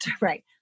right